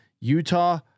Utah